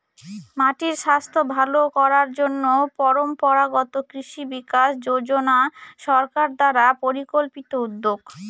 মাটির স্বাস্থ্য ভালো করার জন্য পরম্পরাগত কৃষি বিকাশ যোজনা সরকার দ্বারা পরিকল্পিত উদ্যোগ